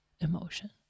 emotion